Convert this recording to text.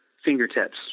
Fingertips